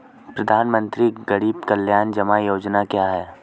प्रधानमंत्री गरीब कल्याण जमा योजना क्या है?